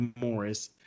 Morris